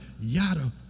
yada